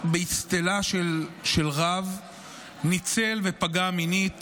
באצטלה של רב ניצל ופגע מינית